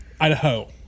Idaho